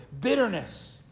Bitterness